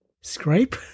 Scrape